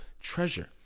treasure